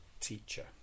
teacher